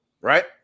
Right